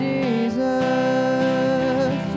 Jesus